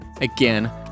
Again